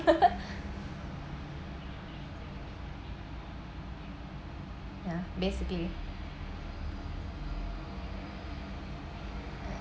ya basically